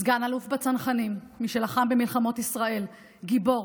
סגן אלוף בצנחנים, מי שלחם במלחמות ישראל, גיבור,